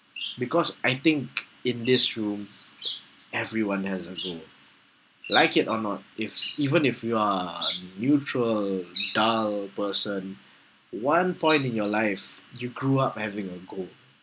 because I think in this room everyone has a goal like it or not if even if you are a neutral dull person one point in your life you grew up having a goal